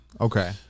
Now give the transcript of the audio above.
Okay